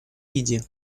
виде